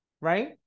right